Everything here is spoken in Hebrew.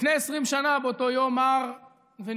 לפני 20 שנה, באותו יום מר ונמהר,